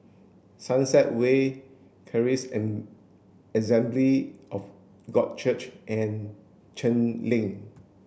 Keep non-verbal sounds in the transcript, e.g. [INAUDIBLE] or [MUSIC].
Sunset Way Charis an [UNINTELLIGIBLE] of God Church and Cheng Lin